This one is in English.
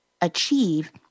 achieve